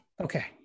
Okay